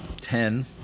ten